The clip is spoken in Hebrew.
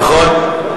נכון.